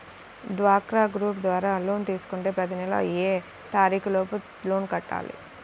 డ్వాక్రా గ్రూప్ ద్వారా లోన్ తీసుకుంటే ప్రతి నెల ఏ తారీకు లోపు లోన్ కట్టాలి?